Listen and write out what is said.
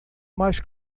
mais